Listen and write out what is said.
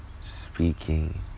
speaking